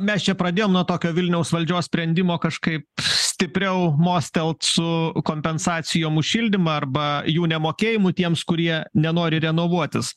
mes čia pradėjom nuo tokio vilniaus valdžios sprendimo kažkaip stipriau mostelt su kompensacijom už šildymą arba jų nemokėjimu tiems kurie nenori renovuotis